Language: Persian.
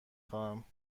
خواهم